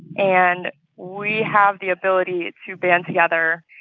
and we have the ability to band together,